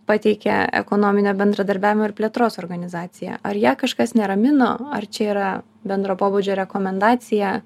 pateikia ekonominio bendradarbiavimo ir plėtros organizacija ar ją kažkas neramino ar čia yra bendro pobūdžio rekomendacija